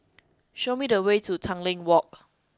show me the way to Tanglin Walk